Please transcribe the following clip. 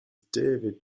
david